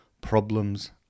Problems